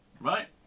right